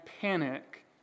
panic